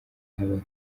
habaho